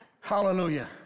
Hallelujah